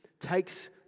takes